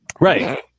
Right